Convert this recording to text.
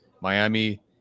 Miami